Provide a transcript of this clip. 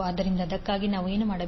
ಆದ್ದರಿಂದ ಅದಕ್ಕಾಗಿ ನಾವು ಏನು ಮಾಡಬೇಕು